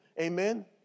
amen